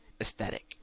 aesthetic